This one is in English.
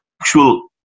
actual